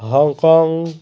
Hong Kong